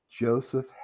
Joseph